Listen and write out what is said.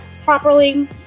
properly